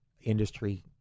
industry